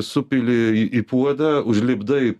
supili į puodą užlipdai